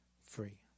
free